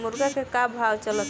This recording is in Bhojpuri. मुर्गा के का भाव चलता?